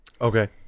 Okay